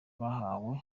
wahawe